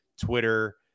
Twitter